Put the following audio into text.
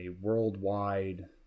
worldwide